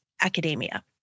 academia